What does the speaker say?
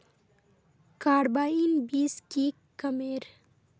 Carbine बीस की कमेर?